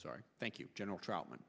sorry thank you general trout